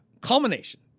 Culmination